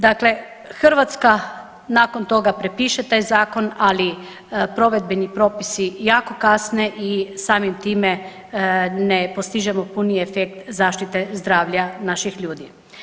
Dakle Hrvatska nakon toga prepiše taj zakon, ali provedbeni propisi jako kasne i samim time ne postižemo puni efekt zaštite zdravlja naših ljudi.